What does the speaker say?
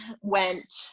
went